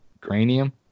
cranium